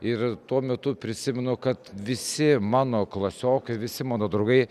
ir tuo metu prisimenu kad visi mano klasiokai visi mano draugai